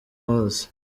wose